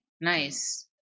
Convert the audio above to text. nice